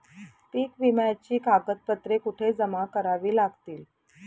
पीक विम्याची कागदपत्रे कुठे जमा करावी लागतील?